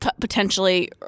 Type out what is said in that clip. potentially